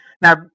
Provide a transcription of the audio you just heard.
Now